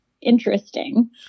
interesting